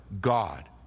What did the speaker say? God